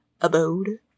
abode